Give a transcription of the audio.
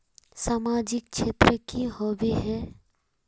सामाजिक क्षेत्र की होबे है?